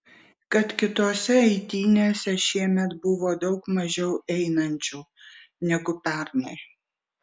kad kitose eitynėse šiemet buvo daug mažiau einančių negu pernai